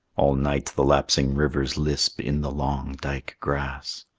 all night the lapsing rivers lisp in the long dike grass,